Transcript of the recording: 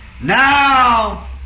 Now